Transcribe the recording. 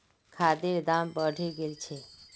खादेर दाम बढ़े गेल छे